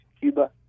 Cuba